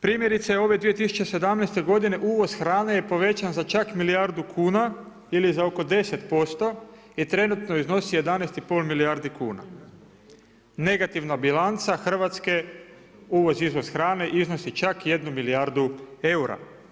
Primjerice ove 2017. godine uvoz hrane je povećan za čak milijardu kuna ili za oko 10% i trenutno iznosi 11,5 milijardi kuna. negativna bilanca Hrvatske uvoz-izvoz hrane iznosi čak 1 milijardu eura.